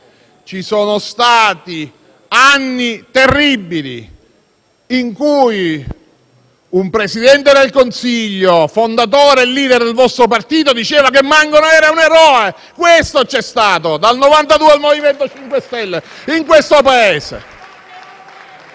ci sono stati anni terribili, in cui un Presidente del Consiglio, fondatore e *leader* del vostro partito diceva che Mangano era un eroe. Questo c'è stato dal 1992 al MoVimento 5 Stelle in questo Paese.